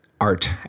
art